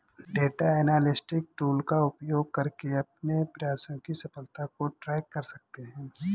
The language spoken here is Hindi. डेटा एनालिटिक्स टूल का उपयोग करके अपने प्रयासों की सफलता को ट्रैक कर सकते है